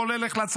הכול הולך לצבא,